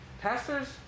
pastors